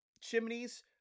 chimneys